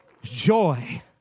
Joy